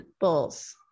bulls